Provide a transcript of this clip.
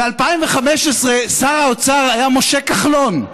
ב-2015 שר האוצר היה משה כחלון,